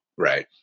Right